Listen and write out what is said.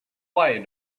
why